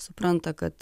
supranta kad